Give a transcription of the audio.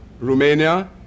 Romania